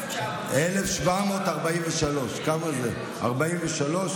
1743. 43?